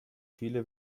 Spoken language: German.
viele